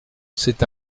c’est